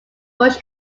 bush